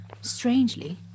Strangely